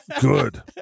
Good